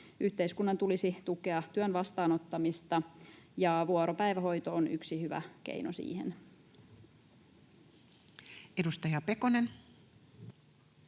Yhteiskunnan tulisi tukea työn vastaanottamista, ja vuoropäivähoito on yksi hyvä keino siihen. [Speech